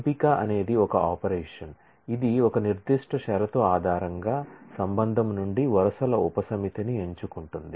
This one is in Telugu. ఎంపిక అనేది ఒక ఆపరేషన్ ఇది ఒక నిర్దిష్ట షరతు ఆధారంగా రిలేషన్ నుండి వరుసల ఉపసమితిని ఎంచుకుంటుంది